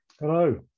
Hello